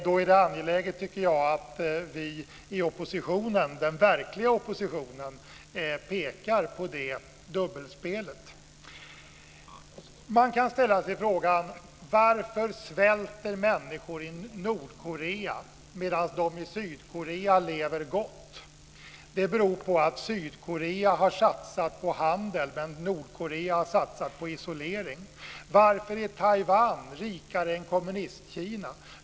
Då är det angeläget att vi i oppositionen, den verkliga oppositionen, pekar på det dubbelspelet. Man kan ställa sig frågan: Varför svälter människor i Nordkorea, medan människor i Sydkorea lever gott? Det beror på att Sydkorea har satsat på handel, men Nordkorea har satsat på isolering. Varför är Taiwan rikare än Kommunistkina?